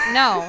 no